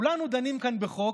כולנו דנים כאן בחוק